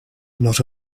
not